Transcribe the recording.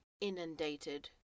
inundated